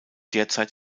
derzeit